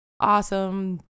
awesome